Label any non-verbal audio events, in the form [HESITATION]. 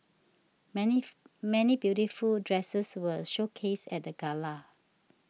many [HESITATION] many beautiful dresses were showcased at the gala